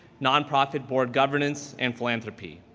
non-profit born governance and philanthropy.